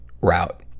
route